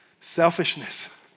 Selfishness